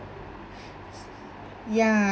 ya